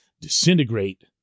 disintegrate